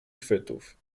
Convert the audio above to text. chwytów